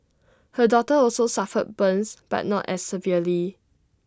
her daughter also suffered burns but not as severely